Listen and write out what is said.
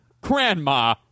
grandma